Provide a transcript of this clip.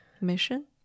Mission